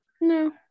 no